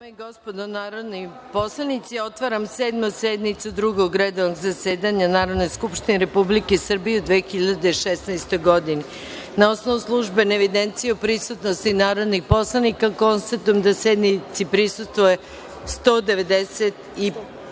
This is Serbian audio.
gospodo narodni poslanici, otvaram Sedmu sednicu Drugog redovnog zasedanja Narodne skupštine Republike Srbije u 2016. godini. Na osnovu službene evidencije o prisutnosti narodnih poslanika, konstatujem da sednici prisustvuje 195